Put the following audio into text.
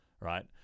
Right